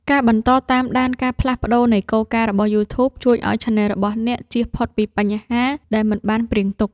ការបន្តតាមដានការផ្លាស់ប្តូរនៃគោលការណ៍របស់ យូធូប ជួយឱ្យឆានែលរបស់អ្នកជៀសផុតពីបញ្ហាដែលមិនបានព្រាងទុក។